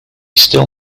still